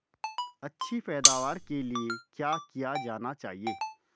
अच्छी पैदावार के लिए क्या किया जाना चाहिए?